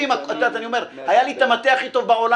אני לא פה,